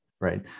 right